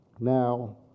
now